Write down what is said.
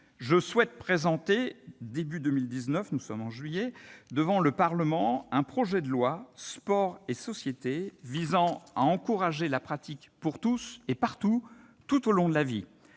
Je souhaite présenter début 2019 »- nous sommes en juillet -« devant le Parlement un projet de loi " sport et société " visant à encourager la pratique pour tous et partout, tout au long de la vie.